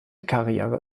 karriere